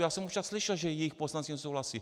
Já jsem už slyšel, že jejich poslanci nesouhlasí.